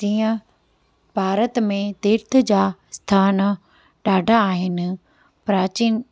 तीअं भारत में तीर्थ जा स्थान ॾाढा आहिनि प्राचीन